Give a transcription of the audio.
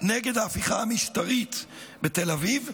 נגד ההפיכה המשטרית בתל אביב,